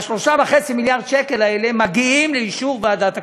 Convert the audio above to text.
ה-3.5 מיליארד שקל האלה מגיעים לאישור ועדת הכספים,